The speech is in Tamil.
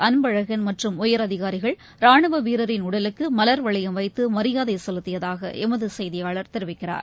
அன்பழகன் மற்றும் உயரதினரிகள் ராணுவ வீரரின் உடலுக்கு மலர் வளையம் வைத்து மரியாதை செலுத்தியதாக எமது செய்தியாளர் தெரிவிக்கிறார்